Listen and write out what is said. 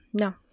no